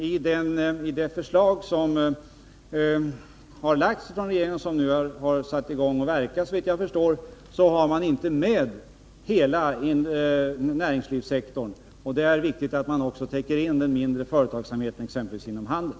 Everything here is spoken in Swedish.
I regeringens uppdrag till statens industriverk har man inte med hela näringslivssektorn. Det är viktigt att man också täcker in den mindre företagsamheten, exempelvis inom handeln.